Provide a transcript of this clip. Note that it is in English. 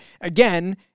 again